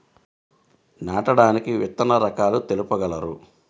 నాటడానికి విత్తన రకాలు తెలుపగలరు?